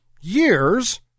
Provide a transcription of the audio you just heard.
years